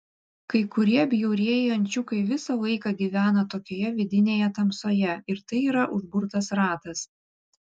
kai kurie bjaurieji ančiukai visą laiką gyvena tokioje vidinėje tamsoje ir tai yra užburtas ratas